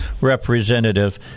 representative